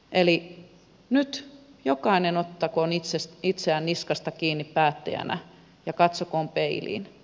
eli nyt jokainen ottakoon itseään niskasta kiinni päättäjänä ja katsokoon peiliin